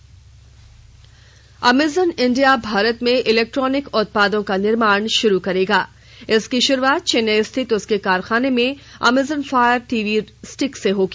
Amazon India Amazon India Bharat में electronic उत्पादों का निर्माण शुरू करेगा जिसकी शुरूआत चेन्नई स्थित उसके कारखाने में अमेजन फायर टीवी स्टिक से होगी